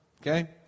okay